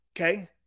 Okay